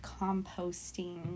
composting